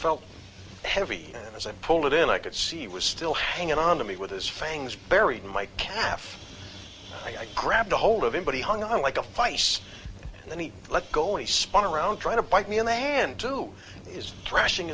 felt heavy as i pulled it in i could see he was still hanging on to me with his fangs buried in my calf i grabbed a hold of him but he hung on like a fight and then he let go and spun around trying to bite me in the hand to his trashing